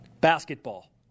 Basketball